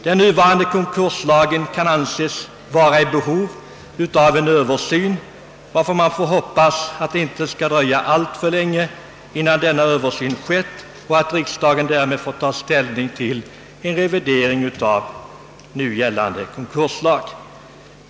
Den nuvarande konkurslagen kan anses vara i behov av en översyn, varför man som sagt får hoppas att det inte skall dröja alltför länge innan denna översyn gjorts och riksdagen därmed får ta ställning till en revidering av nu gällande konkurslag.